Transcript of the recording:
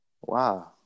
Wow